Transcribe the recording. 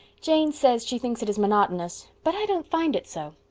jane says she thinks it is monotonous but i don't find it so.